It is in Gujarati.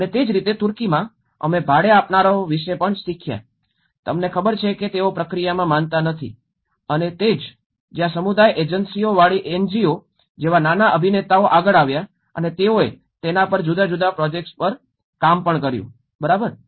અને તે જ રીતે તુર્કીમાં અમે ભાડે આપનારાઓ વિશે પણ શીખ્યા તમને ખબર છે કે તેઓ પ્રક્રિયામાં માનતા નથી અને તે જ છે જ્યાં સમુદાય એજન્સીઓવાળી એનજીઓ જેવા નાના અભિનેતાઓ આગળ આવ્યા અને તેઓએ તેના પર જુદા જુદા પ્રોજેક્ટ્સ પર પણ કામ કર્યું બરાબર